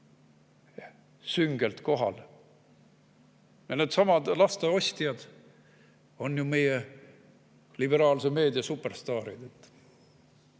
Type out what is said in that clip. süngelt kohal. Needsamad lasteostjad on meie liberaalse meedia superstaarid.